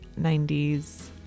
90s